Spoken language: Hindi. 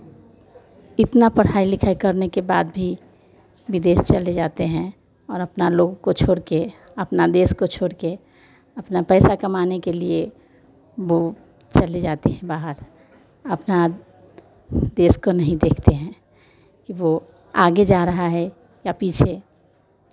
इतना पढ़ाई लिखाई करने के बाद भी विदेश चले जाते हैं और अपना लोग को छोड़ के अपना देश को छोड़ के अपना पैसा कमाने के लिए वो चले जाते हैं बाहर अपना देश को नहीं देखते हैं कि वो आगे जा रहा है या पीछे